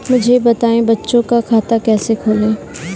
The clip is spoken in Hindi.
मुझे बताएँ बच्चों का खाता कैसे खोलें?